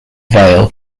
vale